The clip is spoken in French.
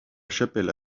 chapelle